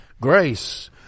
grace